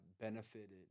benefited